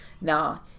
Now